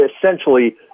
essentially